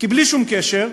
כי בלי שום קשר,